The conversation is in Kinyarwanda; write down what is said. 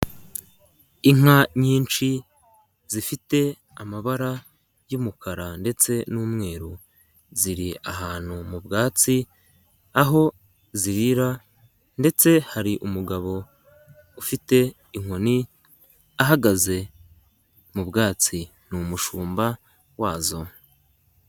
Inka nyinshi zifite amabara y'umukara ndetse n'umweru .Ziri ahantu mu bwatsi aho zirira ndetse hari umugabo ufite inkoni ahagaze mu bwatsi ni umushumba wazo.